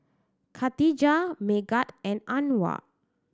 Katijah Megat and Anuar